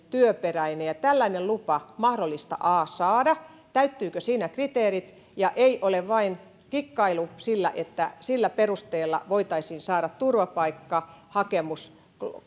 työperäinen lupa mahdollista saada täyttyvätkö siinä kriteerit eikä ole vain kikkailua sillä että sillä perusteella voitaisiin saada turvapaikkahakemus